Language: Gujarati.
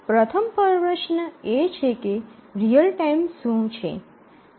પ્રથમ પ્રશ્ન એ છે કે રીઅલ ટાઇમ શું છે